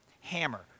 Hammer